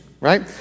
right